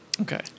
Okay